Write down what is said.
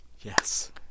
Yes